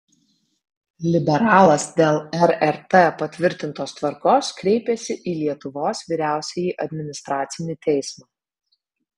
liberalas dėl rrt patvirtintos tvarkos kreipėsi į lietuvos vyriausiąjį administracinį teismą